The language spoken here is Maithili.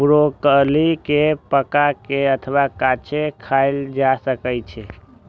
ब्रोकली कें पका के अथवा कांचे खाएल जा सकै छै